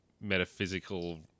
metaphysical